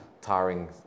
tiring